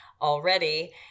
already